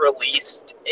released